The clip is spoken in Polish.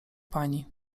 pani